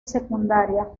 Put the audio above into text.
secundaria